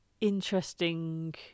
interesting